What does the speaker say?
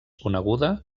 coneguda